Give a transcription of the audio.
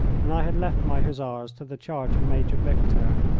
and i had left my hussars to the charge of major victor.